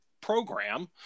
program